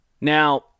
Now